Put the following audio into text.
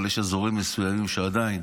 אבל יש אזורים מסוימים שעדיין